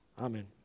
Amen